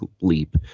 leap